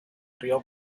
río